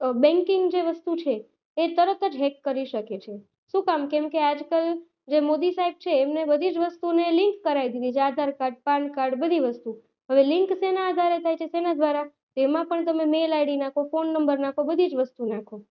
banking જે વસ્તુ છે એ તરત જ હેક કરી શકે છે શું કામ કેમકે આજકાલ જે મોદી સાહેબ છે એમને બધી જ વસ્તુને લિન્ક કરાવી દીધી છે આધાર કાર્ડ પાન કાર્ડ બધી વસ્તુ હવે લિન્ક સેના આધારે થાય છે સેના દ્વારા એમાં પણ તમે મેઇલ આઈડી નાખો ફોન નંબર નાખો બધી જ વસ્તુ નાખો